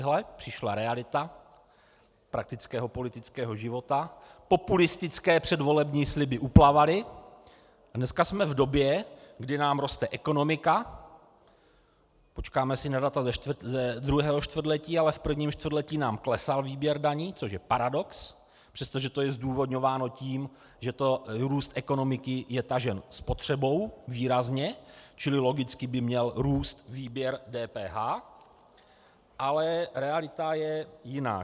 Ejhle, přišla realita praktického politického života, populistické předvolební sliby uplavaly a dneska jsme v době, kdy nám roste ekonomika počkáme si na data ze druhého čtvrtletí ale v prvním čtvrtletí nám klesal výběr daní, což je paradox, přestože to je zdůvodňováno tím, že růst ekonomiky je tažen spotřebou výrazně, čili logicky by měl růst výběr DPH, ale realita je jiná.